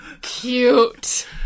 Cute